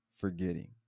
forgetting